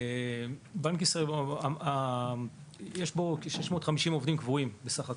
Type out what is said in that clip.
בבנק ישראל יש כ-650 עובדים קבועים בסך הכול.